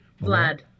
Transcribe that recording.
Vlad